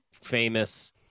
famous